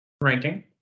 ranking